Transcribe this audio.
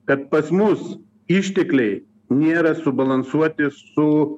kad pas mus ištekliai nėra subalansuoti su